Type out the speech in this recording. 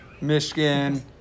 Michigan